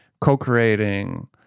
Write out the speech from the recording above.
co-creating